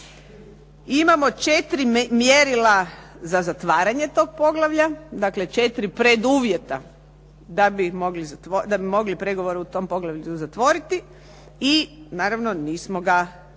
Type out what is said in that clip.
Imamo četiri mjerila za zatvaranje tog poglavlja, dakle četiri preduvjeta da bi mogli pregovore u tom poglavlju zatvoriti i naravno nismo ga zatvorili.